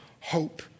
hope